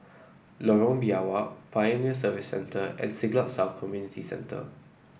Lorong Biawak Pioneer Service Centre and Siglap South Community Centre